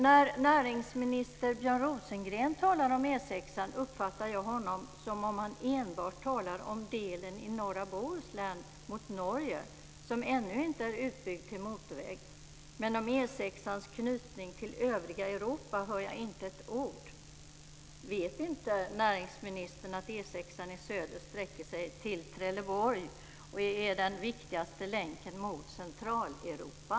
När näringsminister Björn Rosengren talar om E 6:an uppfattar jag det som att han enbart talar om delen i norra Bohuslän mot Norge som ännu inte är utbyggd till motorväg. Men om E 6:ans knytning till övriga Europa brukar jag inte höra inte ett ord. Vet inte näringsministern att E 6:an i söder sträcker sig till Trelleborg och att det är den viktigaste länken mot Centraleuropa?